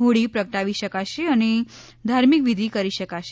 હોળી પ્રગટાવી શકાશે અને ધાર્મિક વિધિ કરી શકાશે